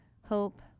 hope